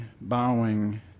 bowing